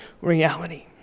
reality